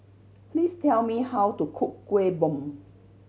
please tell me how to cook Kuih Bom